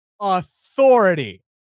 authority